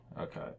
Okay